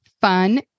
fun